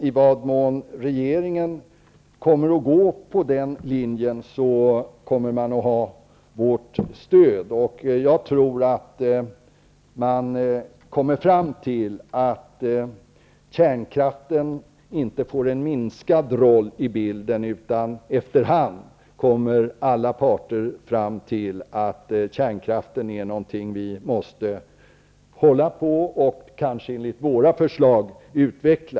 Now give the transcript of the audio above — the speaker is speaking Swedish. I vad mån regeringen kommer att gå på den linjen kommer man att ha vårt stöd. Jag tror att man kommer fram till att kärnkraften inte får en minskad roll i bilden, utan efter hand kommer alla parter fram till att kärnkraften är något vi måste hålla på och kanske, enligt våra förslag, utveckla.